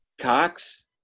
Cox